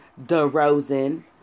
DeRozan